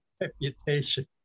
reputation